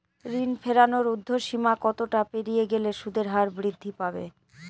ঋণ ফেরানোর উর্ধ্বসীমা কতটা পেরিয়ে গেলে সুদের হার বৃদ্ধি পাবে?